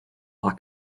are